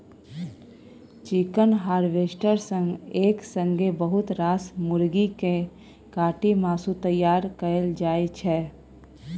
chicken harvester सँ एक संगे बहुत रास मुरगी केँ काटि मासु तैयार कएल जाइ छै